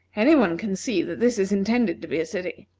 any one can see that this is intended to be a city.